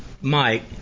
Mike